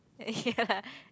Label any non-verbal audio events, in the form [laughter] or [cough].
[laughs] ya